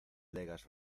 legas